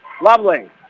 Lovely